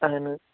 اَہَن حظ